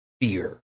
beer